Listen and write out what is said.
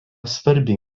svarbi